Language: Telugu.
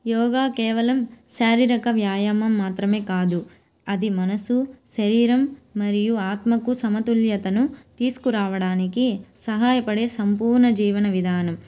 యోగా కేవలం శారీరక వ్యాయామం మాత్రమే కాదు అది మనసు శరీరం మరియు ఆత్మకు సమతుల్యతను తీసుకురావడానికి సహాయపడే సంపూర్ణ జీవన విధానం